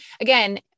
again